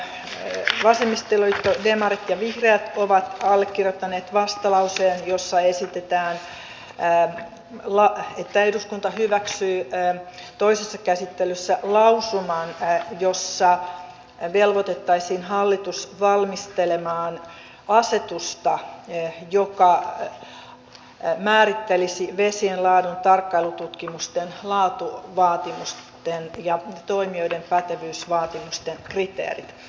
valiokunnassa vasemmistoliitto demarit ja vihreät ovat allekirjoittaneet vastalauseen jossa esitetään että eduskunta hyväksyy toisessa käsittelyssä lausuman jossa velvoitettaisiin hallitus valmistelemaan asetusta joka määrittelisi vesien laadun tarkkailututkimusten laatuvaatimusten ja toimijoiden pätevyysvaatimusten kriteerit